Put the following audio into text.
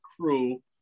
crew